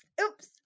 oops